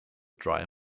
dry